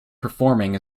performing